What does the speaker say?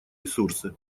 ресурсы